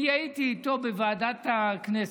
אני הייתי איתו בוועדת הכנסת,